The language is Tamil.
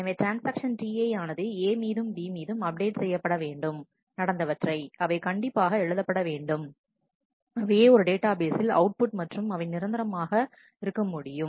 எனவே ட்ரான்ஸ்ஆக்ஷன் Ti ஆனது A மீதும் B மீதும் அப்டேட் செய்யப்பட வேண்டும் நடந்தவற்றை அவை கண்டிப்பாக எழுதப்படவேண்டும் அவையே ஒரு டேட்டா பேஸில் அவுட்புட் மற்றும் அவை நிரந்தரமாக ஆக இருக்க முடியும்